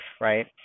right